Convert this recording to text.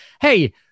hey